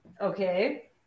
Okay